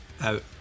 Out